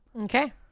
Okay